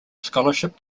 scholarship